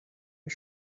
you